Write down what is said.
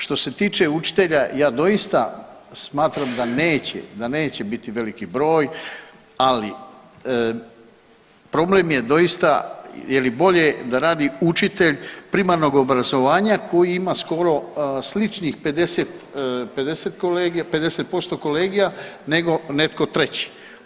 Što se tiče učitelja, ja doista smatram da neće, da neće biti veliki broj, ali problem je doista je li bolje da radi učitelj primarnog obrazovanja koji ima skoro sličnih 50 kolege, 50% kolegija nego netko treći.